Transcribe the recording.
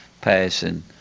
passing